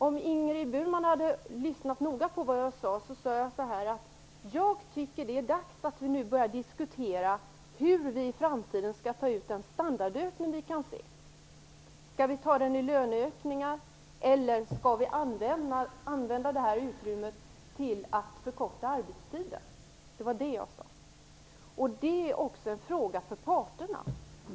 Om Ingrid Burman hade lyssnat noga på vad jag sade skulle hon kunnat konstatera att jag sade att jag tycker det är dags att vi nu börjar diskutera hur vi i framtiden skall ta ut den standardökning vi kan se. Skall vi ta den i löneökningar, eller skall vi använda utrymmet till att förkorta arbetstiden? Det var det jag sade. Detta är också en fråga för parterna.